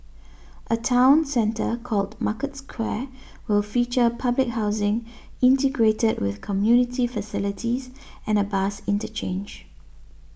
a town centre called Market Square will feature public housing integrated with community facilities and a bus interchange